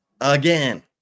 again